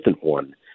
one